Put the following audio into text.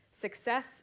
success